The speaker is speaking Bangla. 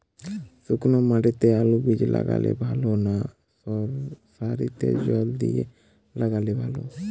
শুক্নো মাটিতে আলুবীজ লাগালে ভালো না সারিতে জল দিয়ে লাগালে ভালো?